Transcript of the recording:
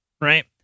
Right